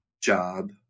job